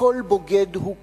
"כל בוגד הוא כסיל".